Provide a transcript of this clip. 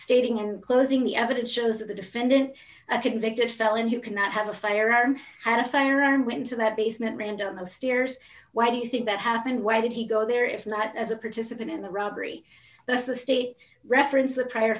stating in closing the evidence shows that the defendant a convicted felon who cannot have a firearm had a firearm went to that basement ran down the stairs why do you think that happened why did he go there if not as a participant in the robbery that's the state reference the prior